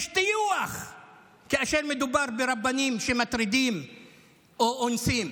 יש טיוח כאשר מדובר ברבנים שמטרידים או אונסים.